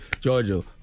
Georgia